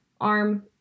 arm